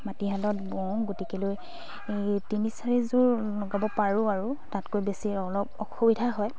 মাটিহালত বওঁ গতিকেলৈ তিনি চাৰিযোৰ লগাব পাৰোঁ আৰু তাতকৈ বেছি অলপ অসুবিধা হয়